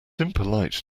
impolite